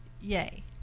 yay